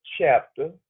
chapter